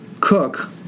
Cook